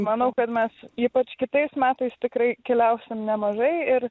manau kad mes ypač kitais metais tikrai keliausim nemažai ir